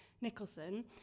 Nicholson